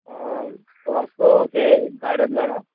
वास्को तें गार्डन जाणा